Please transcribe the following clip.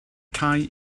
cau